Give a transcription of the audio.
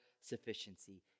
sufficiency